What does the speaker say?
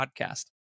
podcast